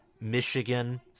Michigan